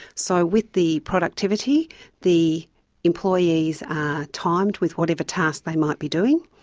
so with the productivity the employees are timed with whatever task they might be doing.